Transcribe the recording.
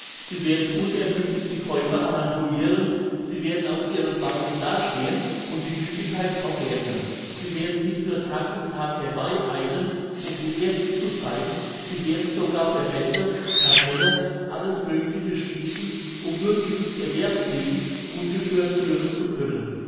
sie werden unermüdlich die käufer haranguiren sie werden auf ihren beinen dastehen und die müdigkeit kaum merken sie werden nicht nur tag um tag herbeieilen um die ersten zu sein sie werden sogar verbände cartelle alles mögliche schliessen um nur dieses erwerbsleben ungestört führen zu können